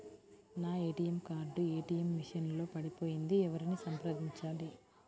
నా ATM card ATM machine లో పడిపోయింది ఎవరిని సంప్రదించాలి?